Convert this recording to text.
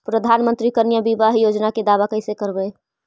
प्रधानमंत्री कन्या बिबाह योजना के दाबा कैसे करबै?